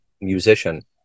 musician